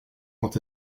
quand